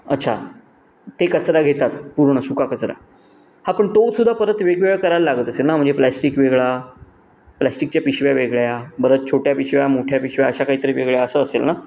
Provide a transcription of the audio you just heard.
अच्छा ते कचरा घेतात पूर्ण सुका कचरा हा पण तो सुद्धा परत वेगवेगळा करायला लागत असेल ना म्हणजे प्लॅस्टिक वेगळा प्लास्टिकच्या पिशव्या वेगळ्या परत छोट्या पिशव्या मोठ्या पिशव्या अशा काहीतरी वेगळ्या असं असेल ना